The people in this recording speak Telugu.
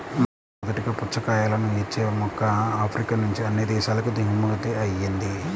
మొట్టమొదటగా పుచ్చకాయలను ఇచ్చే మొక్క ఆఫ్రికా నుంచి అన్ని దేశాలకు దిగుమతి అయ్యింది